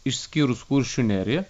išskyrus kuršių neriją